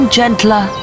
gentler